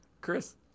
Chris